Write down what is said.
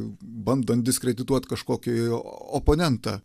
bandant diskredituot kažkokį oponentą